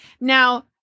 Now